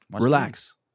relax